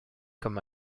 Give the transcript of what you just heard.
comme